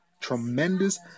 Tremendous